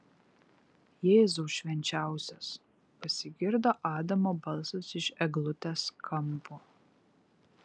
jėzau švenčiausias pasigirdo adamo balsas iš eglutės kampo